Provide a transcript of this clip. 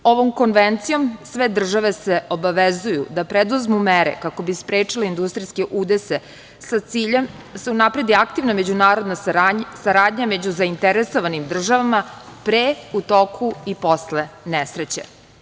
Ovom konvencijom sve države se obavezuju da preduzmu mere kako bi sprečile industrijske udese, a sa ciljem da se unapredi aktivna međunarodna saradnja među zainteresovanim državama pre, u toku i posle nesreće.